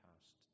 past